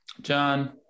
John